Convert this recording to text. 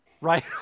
right